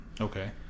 Okay